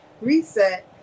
reset